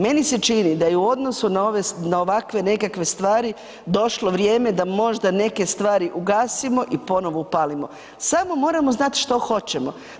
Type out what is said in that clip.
Meni se čini da je u odnosu na ovakve nekakve stvari došlo vrijeme da možda neke stvari ugasimo i ponovo upalimo, samo moramo znat što hoćemo.